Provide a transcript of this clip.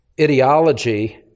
ideology